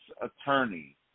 attorney